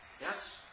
Yes